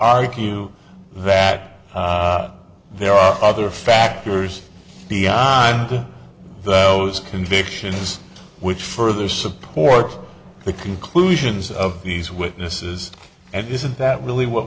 argue that there are other factors beyond those convictions which further supports the conclusions of these witnesses and isn't that really what